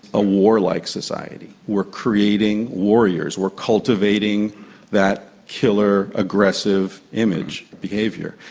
a warlike society. we're creating warriors, we're cultivating that killer aggressive image, behaviour.